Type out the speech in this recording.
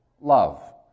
love